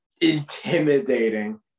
intimidating